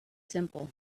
simple